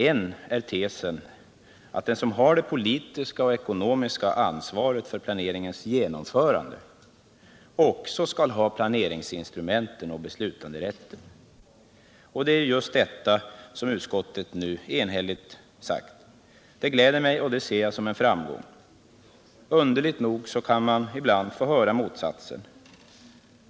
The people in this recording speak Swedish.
En är tesen att den som har det politiska och ekonomiska ansvaret för planeringens genomförande också skall ha planeringsinstrumenten och beslutanderätten. Det är just detta utskottet nu enhälligt sagt. Detta gläder mig, och jag ser det som en framgång. Underligt nog kan man ibland få höra motsatsen.